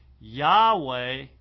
Yahweh